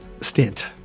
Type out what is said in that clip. stint